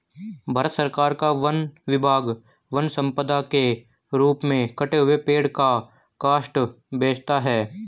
भारत सरकार का वन विभाग वन सम्पदा के रूप में कटे हुए पेड़ का काष्ठ बेचता है